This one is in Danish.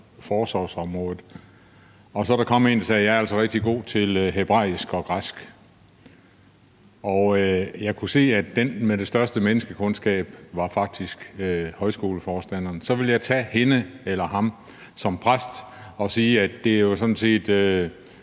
forsorgsområdet, og der kom en og sagde, at vedkommende altså var rigtig god til hebraisk og græsk, og jeg kunne se, at den med den største menneskekundskab faktisk var højskoleforstanderen, så ville jeg tage hende eller ham som præst og sige, at det jo sådan set